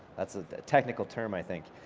that's a technical term i think.